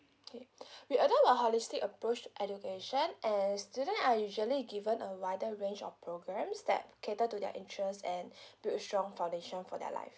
okay we adopt a holistic approach education as student are usually given a wider range of programmes that cater to their interest and build a strong foundation for their life